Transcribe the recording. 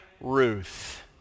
Ruth